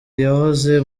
yahoze